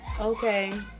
okay